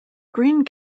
green